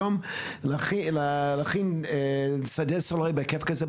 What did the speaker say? היום להכין שדה סולארית בהיקף כזה,